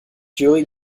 julie